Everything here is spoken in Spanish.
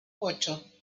ocho